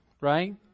right